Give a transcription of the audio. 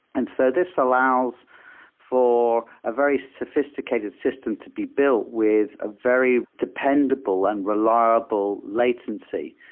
and so this allows for a very sophisticated system to be built with a very dependable and reliable latency.